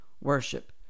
worship